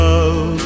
Love